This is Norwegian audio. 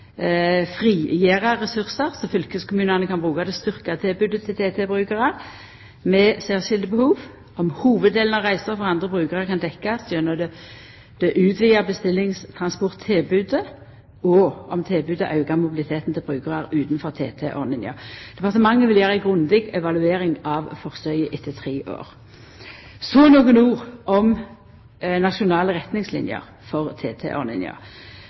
frigjera ressursar som fylkeskommunane kan bruka til å styrkja tilbodet for TT-brukarar med særskilte behov, om hovuddelen av reiser for andre brukarar kan dekkjast gjennom det utvida bestillingstransporttilbodet, og om tilbodet aukar mobiliteten til brukarar utanfor TT-ordninga. Departementet vil gjera ei grundig evaluering av forsøket etter tre år. Så nokre ord om nasjonale retningslinjer for